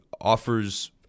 offers